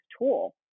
tool